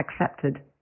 accepted